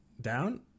Down